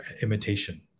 imitation